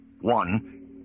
One